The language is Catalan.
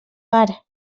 mar